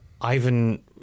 Ivan